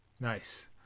Nice